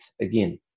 again